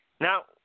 Now